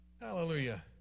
Hallelujah